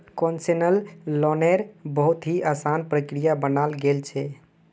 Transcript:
concessional लोन्नेर बहुत ही असान प्रक्रिया बनाल गेल छे